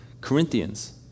Corinthians